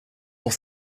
pour